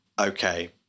okay